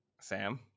Sam